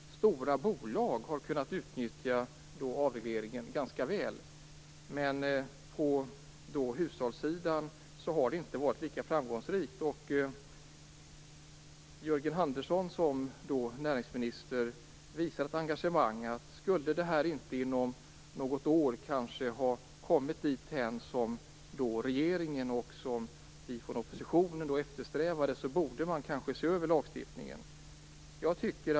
Stora bolag har kunnat utnyttja avregleringen ganska väl, men på hushållssidan har man inte varit lika framgångsrik. Jörgen Andersson visade ett engagemang. Om man inte inom något år skulle ha kommit dithän som regeringen och vi från oppositionen eftersträvade borde lagstiftningen ses över.